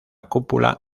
cúpula